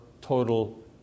total